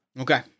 Okay